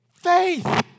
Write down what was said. Faith